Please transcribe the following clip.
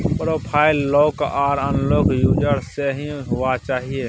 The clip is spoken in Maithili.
प्रोफाइल लॉक आर अनलॉक यूजर से ही हुआ चाहिए